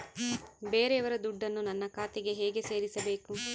ಬೇರೆಯವರ ದುಡ್ಡನ್ನು ನನ್ನ ಖಾತೆಗೆ ಹೇಗೆ ಸೇರಿಸಬೇಕು?